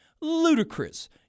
ludicrous